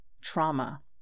trauma